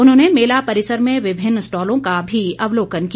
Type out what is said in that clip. उन्होंने मेला परिसर में विभिन्न स्टॉलों का भी अवलोकन किया